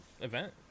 event